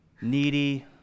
needy